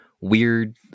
weird